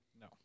No